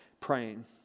praying